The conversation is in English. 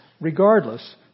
regardless